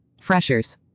Freshers